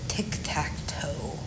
Tic-tac-toe